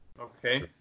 okay